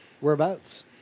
Whereabouts